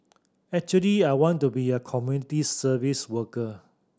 actually I want to be a community service worker